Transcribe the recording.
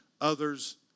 others